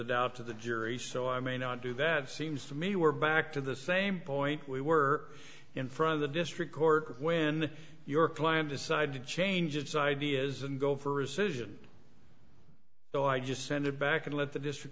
doubt to the jury so i may not do that seems to me we're back to the same point we were in front of the district court when your client decided to change its ideas and go for recision so i just sent it back and let the district